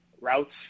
routes